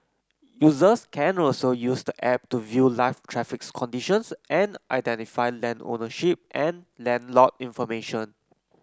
users can also use the app to view live traffic conditions and identify land ownership and land lot information